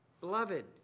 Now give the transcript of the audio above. Beloved